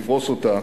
לפרוס אותה